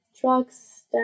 trucks